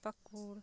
ᱯᱟᱠᱩᱲ